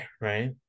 Right